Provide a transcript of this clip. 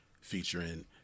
featuring